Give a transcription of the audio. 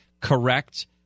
correct